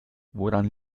woran